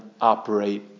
operate